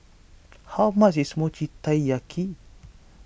how much is Mochi Taiyaki